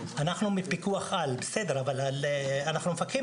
ומוודאים